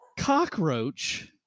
cockroach